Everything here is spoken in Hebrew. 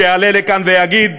שיעלה לכאן ויגיד: